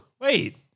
wait